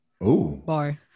bar